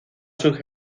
sus